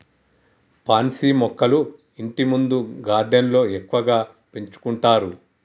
pansy మొక్కలు ఇంటిముందు గార్డెన్లో ఎక్కువగా పెంచుకుంటారు